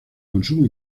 consumo